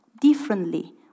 differently